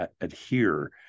adhere